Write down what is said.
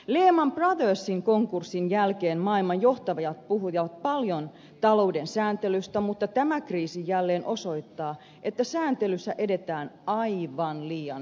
lehman brothersin konkurssin jälkeen maailman johtajat puhuivat paljon talouden sääntelystä mutta tämä kriisi jälleen osoittaa että sääntelyssä edetään aivan liian hitaasti